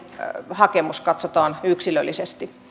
hakemus katsotaan yksilöllisesti